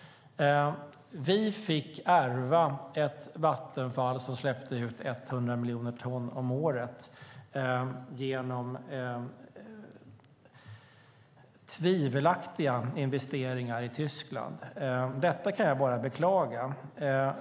Vi fick ärva ett Vattenfall som släppte ut 100 miljoner ton om året genom tvivelaktiga investeringar i Tyskland. Detta kan jag bara beklaga.